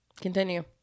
Continue